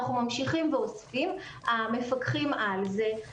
אנחנו ממשיכים ואוספים, המפקחים "על זה".